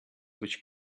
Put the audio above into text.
which